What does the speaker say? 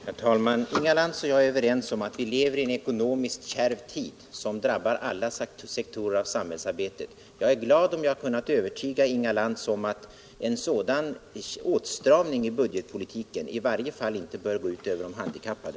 Herr talman! Inga Lantz och jag är överens om att vi lever i en ekonomiskt kärv tid, som drabbar alla sektorer av samhällsarbetet. Jag är glad om jag kunnat övertyga Inga Lantz om att en åtstramning i budgetpolitiken i varje fall inte bör gå ut över de handikappade.